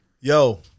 Yo